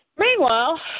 Meanwhile